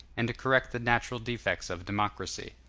and to correct the natural defects of democracy.